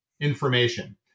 information